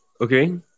Okay